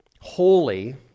holy